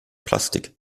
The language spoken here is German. plastik